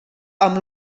amb